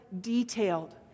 detailed